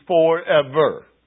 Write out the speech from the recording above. forever